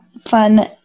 fun